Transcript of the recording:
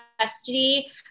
custody